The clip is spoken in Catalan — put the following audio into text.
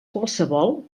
qualssevol